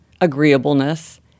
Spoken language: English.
agreeableness